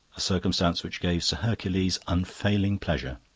a circumstance which gave sir hercules unfailing pleasure.